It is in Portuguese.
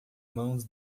mãos